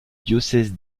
diocèse